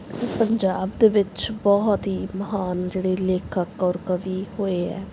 ਪੰਜਾਬ ਦੇ ਵਿੱਚ ਬਹੁਤ ਹੀ ਮਹਾਨ ਜਿਹੜੇ ਲੇਖਕ ਔਰ ਕਵੀ ਹੋਏ ਹੈ